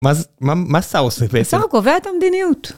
מה זה, מה שר בעצם עושה? שר קובע את המדיניות.